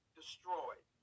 destroyed